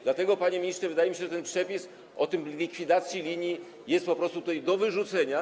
Dlatego, panie ministrze, wydaje mi się, że przepis o likwidacji linii jest po prostu tutaj do wyrzucenia.